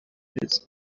pits